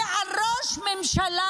היא על ראש הממשלה,